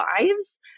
lives